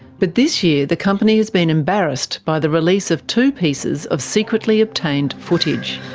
but this year the company has been embarrassed by the release of two pieces of secretly obtained footage.